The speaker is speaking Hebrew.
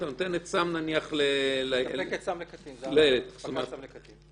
מספקת סם לקטין -- הדחת סם לקטין.